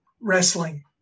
Wrestling